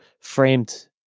framed